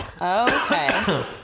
Okay